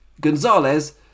Gonzalez